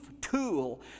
tool